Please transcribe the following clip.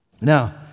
Now